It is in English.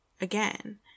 Again